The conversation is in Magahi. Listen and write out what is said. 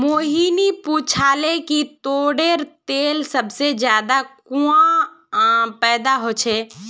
मोहिनी पूछाले कि ताडेर तेल सबसे ज्यादा कुहाँ पैदा ह छे